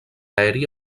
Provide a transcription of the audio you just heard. aeri